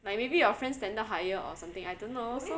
like maybe your friend standard higher or something I don't know so